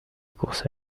course